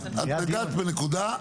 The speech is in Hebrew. את נגעת בנקודה,